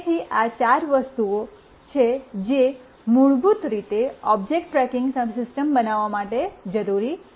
તેથી આ ચાર વસ્તુઓ છે જે મૂળભૂત રીતે ઓબ્જેક્ટ ટ્રેકિંગ સિસ્ટમ બનાવવા માટે જરૂરી છે